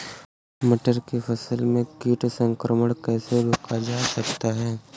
मटर की फसल में कीट संक्रमण कैसे रोका जा सकता है?